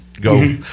go